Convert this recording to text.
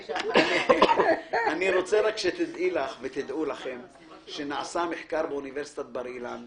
אני רוצה שתדעו שנעשה מחקר באוניברסיטת בר-אילן,